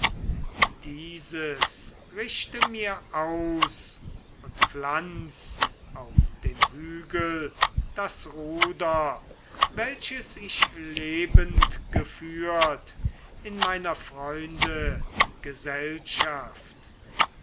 dieses richte mir aus und pflanz auf den hügel das ruder welches ich lebend geführt in meiner freunde gesellschaft